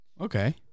okay